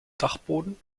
dachboden